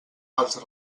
els